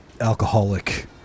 alcoholic